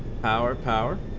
power power